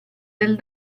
del